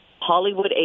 Hollywood